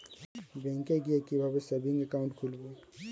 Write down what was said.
ব্যাঙ্কে গিয়ে কিভাবে সেভিংস একাউন্ট খুলব?